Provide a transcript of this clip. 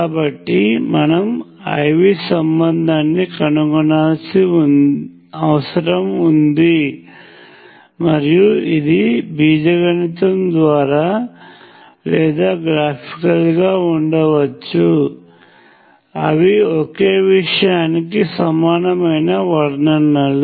కాబట్టి మనము IV సంబంధాన్ని కనుగొనాల్సిన అవసరం ఉంది మరియు ఇది బీజగణితం ద్వారా లేదా గ్రాఫికల్ గా ఉండవచ్చు అవి ఒకే విషయానికి సమానమైన వర్ణనలు